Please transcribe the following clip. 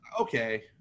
okay